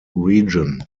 region